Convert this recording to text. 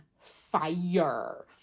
fire